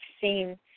seen